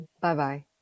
Bye-bye